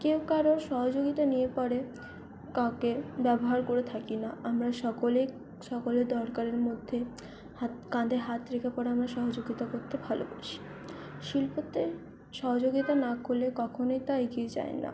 কেউ কারোর সহযোগিতা নিয়ে পরে কাকে ব্যবহার করে থাকি না আমরা সকলেই সকলের দরকারের মধ্যেই কাঁধে হাত রেখে পরে আমরা সহযোগিতা করতে ভালোবাসি শিল্পতে সহযোগিতা না করলে কখনোই তা এগিয়ে যায় না